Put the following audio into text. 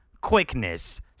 quickness